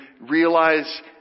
realize